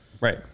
Right